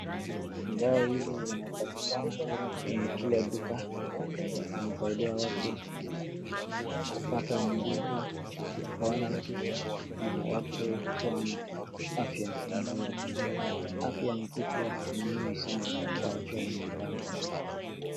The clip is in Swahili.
Madawa hizi zinapatikana kwenye kila duka, zinasaidia watu kupata nguvu, kupona na watu kuwa na afya nzuri. Afya ni kitu mzuri sana kwa afya ya mwanadamu.